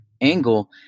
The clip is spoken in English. angle